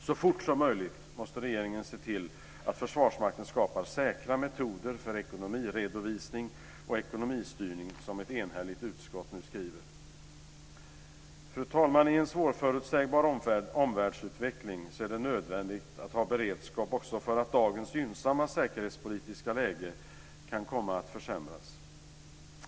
Så fort som möjligt måste regeringen se till att Försvarsmakten skapar säkra metoder för ekonomiredovisning och ekonomistyrning som ett enhälligt utskott skriver. Fru talman! I en svårförutsebar omvärldsutveckling är det nödvändigt att ha beredskap också för att dagens gynnsamma säkerhetspolitiska läge kan komma att försämras.